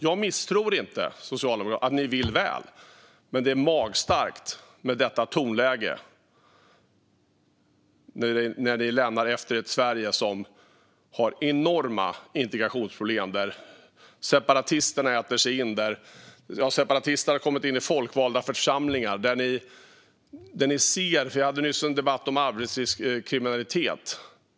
Jag har ingen annan tro än att ni vill väl. Men det är magstarkt med detta tonläge när ni lämnar efter er ett Sverige som har enorma integrationsproblem och där separatisterna äter sig in. Separatisterna har kommit in i folkvalda församlingar. Vi hade nyss en debatt om arbetslivskriminalitet.